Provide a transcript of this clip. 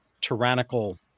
tyrannical